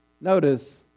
Notice